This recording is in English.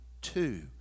two